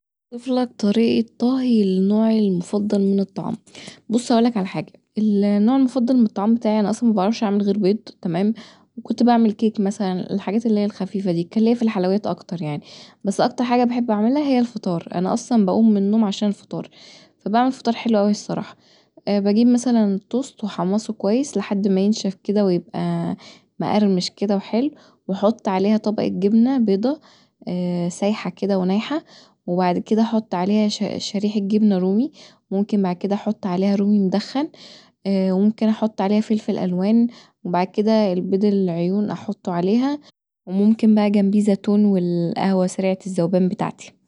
طريقة طهي النوع المفضل من الطعام بص هقولك علي حاجه، النوع المفضل من من الطعام بتاعي انا اصلا مبعرفش اعمل غير بيض تمام وكنت بعمل كيك مثلا الحاجات اللي هي الخفيفه دي كان ليا في الحلويات اكتر يعني بس اكتر حاجه بحب اعملها هي الفطار اصلا بقوم من النوم عشان الفطار فبعنل فطار حلو اوي الصراحه بجيب مثلا توست وبحمصه كويس لحد ماينشف كدا ويبقي مقرمش كدا وحلو واحط عليها طبقة جبنة بيضا سايحه كدا ونايحه وبعد كدا احط عليها شريحة جبنة رومي وممكن بعد كدا احط عليها رومي مدخن وممكن احط عليها فلفل الوان بعد كدا البيض العيون احطه عليها وممكن بقي جنبيه زتون والقهوة سريعة الذوبان بتاعتي